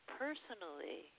personally